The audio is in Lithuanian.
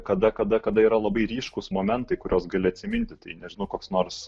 kada kada kada yra labai ryškūs momentai kuriuos gali atsiminti tai ne koks nors